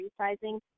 resizing